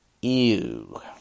Ew